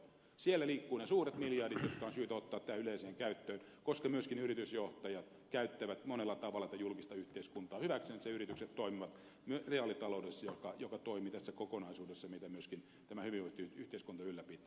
siellä liikkuvat ne suuret miljardit jotka on syytä ottaa tähän yleiseen käyttöön koska myöskin yritysjohtajat käyttävät monella tavalla tätä julkista yhteiskuntaa hyväksensä ja yritykset toimivat reaalitaloudessa joka toimii tässä kokonaisuudessa jota myöskin tämä hyvinvointiyhteiskunta ylläpitää